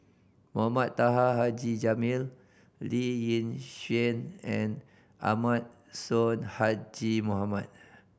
Mohamed Taha Haji Jamil Lee Yi Shyan and Ahmad Sonhadji Mohamad